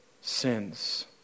sins